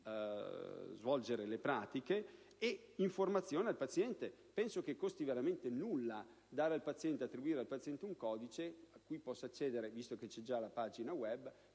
svolgere le pratiche) e informazione al paziente. Penso che non costi veramente nulla attribuire al paziente un codice con cui possa accedere, visto che c'è già la pagina *web*,